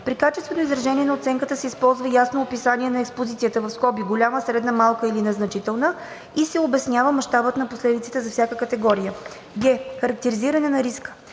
При качествено изражение на оценката се използва ясно описание на експозицията („голяма“, „средна“, „малка“ или „незначителна“) и се обяснява мащабът на последиците за всяка категория. г) характеризиране на риска: